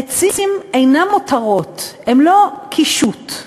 עצים אינם מותרות, הם לא קישוט.